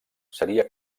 seria